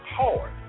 hard